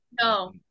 no